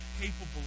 capable